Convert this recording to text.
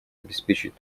обеспечить